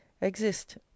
exist